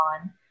on